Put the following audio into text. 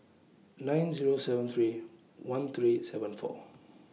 nine Zero seven three one three seven four